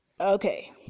Okay